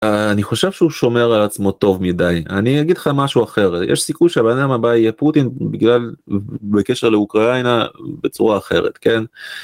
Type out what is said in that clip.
אני חושב שהוא שומר על עצמו טוב מדי אני אגיד לך משהו אחר יש סיכוי שהבן אדם הבא יהיה פוטין בגלל בקשר לאוקראינה בצורה אחרת כן.